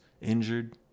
injured